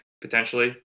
potentially